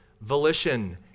volition